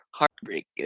heartbreak